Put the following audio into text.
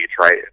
right